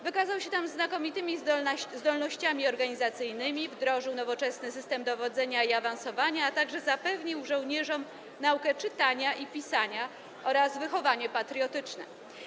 Wykazał się tam znakomitymi zdolnościami organizacyjnymi, wdrożył nowoczesny system dowodzenia i awansowania, a także zapewnił żołnierzom naukę czytania i pisania oraz wychowanie patriotyczne.